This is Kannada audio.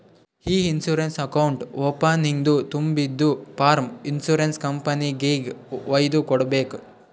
ಇ ಇನ್ಸೂರೆನ್ಸ್ ಅಕೌಂಟ್ ಓಪನಿಂಗ್ದು ತುಂಬಿದು ಫಾರ್ಮ್ ಇನ್ಸೂರೆನ್ಸ್ ಕಂಪನಿಗೆಗ್ ವೈದು ಕೊಡ್ಬೇಕ್